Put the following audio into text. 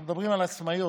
אנחנו מדברים על עצמאיות,